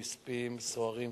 נספים: סוהרים,